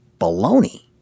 baloney